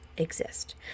exist